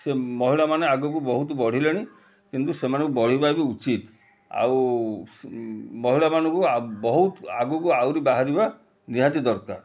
ସେ ମହିଳାମାନେ ଆଗକୁ ବହୁତ ବଢ଼ିଲେଣି କିନ୍ତୁ ସେମାନଙ୍କୁ ବଢ଼ିବାବି ଉଚିତ୍ ଆଉ ମହିଳାମାନଙ୍କୁ ବହୁତ ଆଗକୁ ଆହୁରି ବାହାରିବା ନିହାତି ଦରକାର